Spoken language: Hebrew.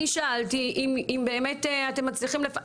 אני שאלתי אם אתם באמת מצליחים לפקח.